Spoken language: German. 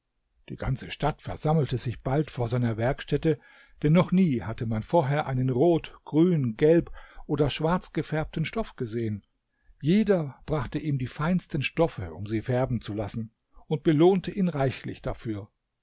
die ganze stadt versammelte sich bald vor seiner werkstätte denn noch nie hatte man vorher einen rot grün gelb oder schwarzgefärbten stoff gesehen jeder brachte ihm die feinsten stoffe um sie färben zu lassen und belohnte ihn reichlich dafür